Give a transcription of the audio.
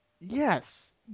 Yes